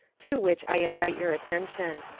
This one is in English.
to which i invite your attention.